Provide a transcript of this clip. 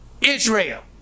Israel